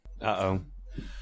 Uh-oh